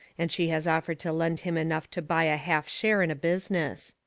and she has offered to lend him enough to buy a half-share in a business.